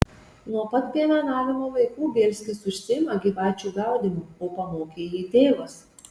nuo pat piemenavimo laikų bielskis užsiima gyvačių gaudymu o pamokė jį tėvas